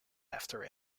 after